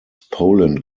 poland